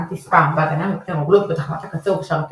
אנטי-ספאם והגנה מפני רוגלות בתחנת הקצה ובשרתי